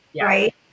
right